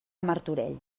martorell